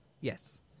yes